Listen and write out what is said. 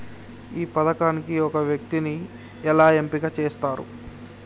ఈ పథకానికి ఒక వ్యక్తిని ఎలా ఎంపిక చేస్తారు?